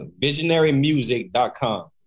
visionarymusic.com